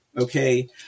okay